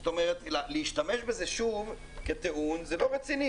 זאת אומרת להשתמש בזה כטיעון זה לא רציני,